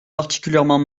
particulièrement